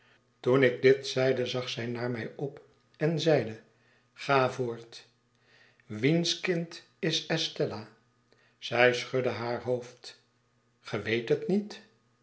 toen ik dit zeide zag zij naar mij op en zeide ga voort wiens kind is estella zij schudde haar hoofd ge weet het niet